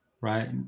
Right